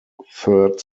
third